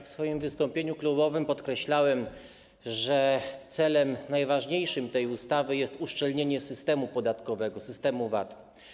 W swoim wystąpieniu klubowym podkreślałem, że najważniejszym celem tej ustawy jest uszczelnienie systemu podatkowego, systemu VAT.